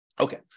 Okay